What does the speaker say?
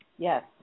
Yes